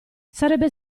sarebbe